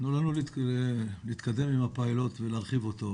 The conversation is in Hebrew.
תנו לנו להתקדם עם הפיילוט ולהרחיב אותו,